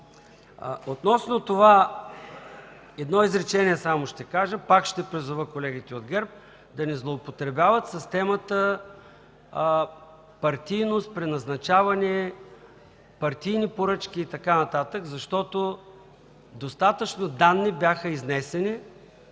от никого. Едно изречение само ще кажа, пак ще призова колегите от ГЕРБ да не злоупотребяват с темата партийност при назначаване, партийни поръчки и така нататък, защото достатъчно данни бяха изнесени